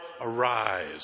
arise